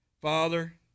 Father